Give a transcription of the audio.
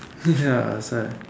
ya was like